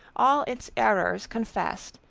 all its errors confessed,